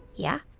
yeah?